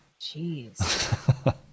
Jeez